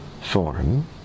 form